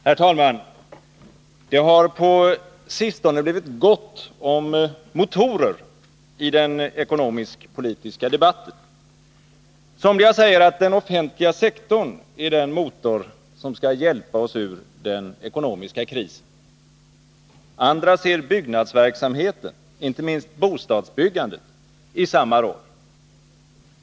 Herr talman! Det har på sistone blivit gott om motorer i den ekonomiskpolitiska debatten. Somliga säger att den offentliga sektorn är den motor som skall hjälpa oss ur den ekonomiska krisen. Andra ser byggnadsverksamheten, inte minst bostadsbyggandet, i samma roll.